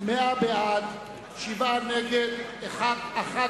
100 בעד, שבעה נגד, אחד